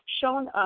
shown